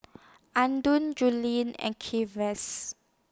Andon Juli and Kenzie's